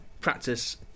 practice